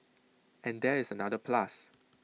and there is another plus